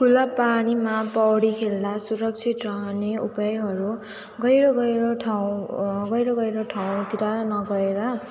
खुला पानीमा पौडी खेल्दा सुरक्षित रहने उपायहरू गहिरो गहिरो ठाउँ गहिरो गहिरो ठाउँहरूतिर नगएर